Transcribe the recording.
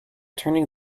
turning